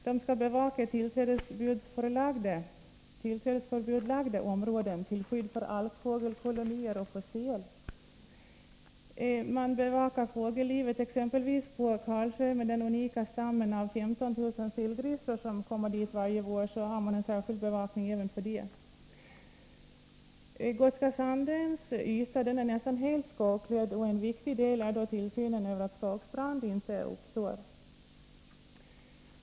De skall vidare bevaka tillträdesförbudlagda områden till skydd för alkfågelkolonier och för säl. Man bevakar fågellivet, exempelvis på Stora Karlsö med den unika stammen av 15 000 sillgrisslor, som kommer dit varje vår. För detta har man alltså en särskild bevakning. Gotska Sandöns yta är nästan helt skogklädd, och en viktig del av personalens arbete är tillsynen över att skogsbrand inte uppstår.